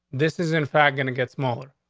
this is, in fact, going to get smaller.